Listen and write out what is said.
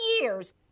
years